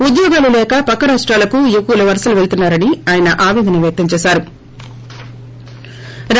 ఉద్యోగాలు లేక పక్క రాష్టాలకు యువకులు వలసలు వెళ్తున్నా రని ఆయన ఆపేదన వ్యక్తం చేసారు